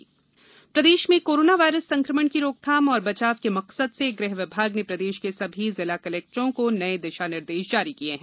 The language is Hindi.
कोरोना बचाव प्रदेश में कोरोना वायरस संक्रमण की रोकथाम एवं बचाव के मकसद से गृह विभाग ने प्रदेश के समस्त जिला कलेक्टरों को नए दिशा निर्देश जारी किये हैं